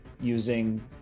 Using